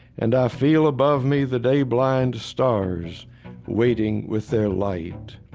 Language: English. and i feel above me the day-blind stars waiting with their light.